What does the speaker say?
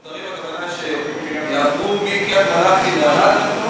מפוטרים הכוונה שיעברו מקריית-מלאכי לערד?